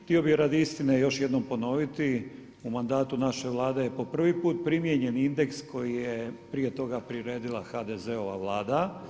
Htio bih radi istine još jednom ponoviti, u mandatu naše Vlade je po prvi put primijenjen indeks koji je prije toga priredila HDZ-ova Vlada.